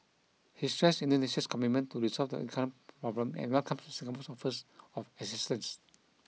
he stressed Indonesia's commitment to resolve the current problem and welcomed Singapore's offers of assistance